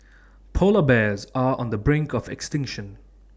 Polar Bears are on the brink of extinction